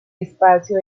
espacio